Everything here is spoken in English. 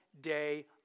day